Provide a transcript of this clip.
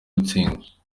gutsindwa